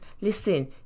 listen